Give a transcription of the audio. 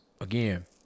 again